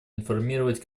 информировать